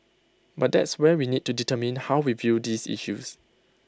but that's where we need to determine how we view these issues